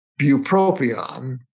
bupropion